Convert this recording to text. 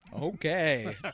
Okay